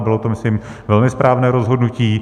Bylo to, myslím, velmi správné rozhodnutí.